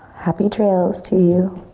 happy trails to you,